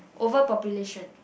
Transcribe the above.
overpopulation